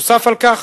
נוסף על כך,